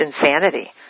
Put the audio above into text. insanity